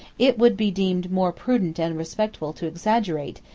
it would be deemed more prudent and respectful to exaggerate,